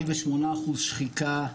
48% שחיקה.